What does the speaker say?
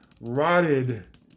rotted